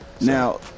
Now